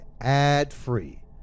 ad-free